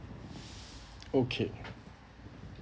okay